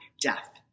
death